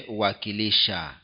wakilisha